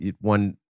one